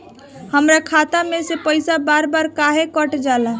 हमरा खाता में से पइसा बार बार काहे कट जाला?